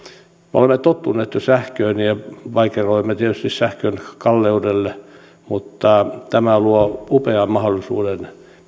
me olemme tottuneet jo sähköön ja vaikeroimme tietysti sähkön kalleutta mutta tämä luo upean mahdollisuuden